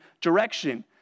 direction